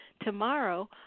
tomorrow